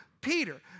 Peter